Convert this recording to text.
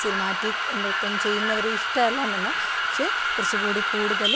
cinematic നൃത്തം ചെയ്യുന്നവരെ ഇഷ്ടമല്ലാന്നല്ല പക്ഷേ കുറച്ച് കൂടി കൂടുതൽ